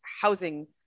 housing